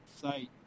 site